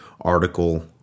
article